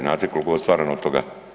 Znate koliko je ostvareno od toga?